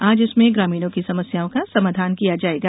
आज इसमें ग्रामीणों की समस्याओं का समाधान किया जायेगा